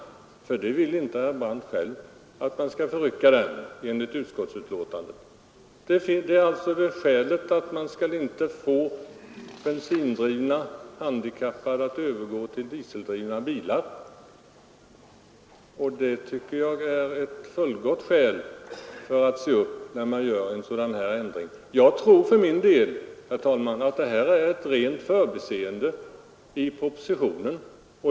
Enligt utskottsbetänkandet vill inte heller herr Brandt att man skall förrycka den balansen. Skälet är alltså att vi vill undvika effekten att handikappade med bensindrivna fordon övergår till dieseldrivna bilar. Det tycker jag är ett fullgott skäl. Jag tror för min del att det är fråga om ett rent förbiseende i propositionen.